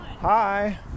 Hi